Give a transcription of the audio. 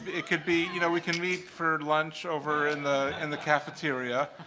it could be you know, we can meet for lunch over in the in the cafeteria.